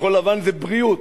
כחול-לבן זה בריאות,